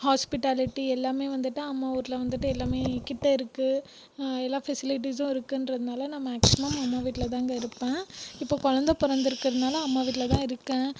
hospitality எல்லாமே வந்துட்டு அம்மா ஊரில் வந்துட்டு எல்லாமே கிட்டே இருக்குது எல்லா ஃபெசிலிட்டிஸும் இருக்குங்றதுனால நான் மேக்ஸிமம் அம்மா வீட்டில் தாங்க இருப்பேன் இப்போது கொழந்த பிறந்துருக்கறதுனால அம்மா வீட்டில் தான் இருக்கேன்